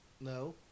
No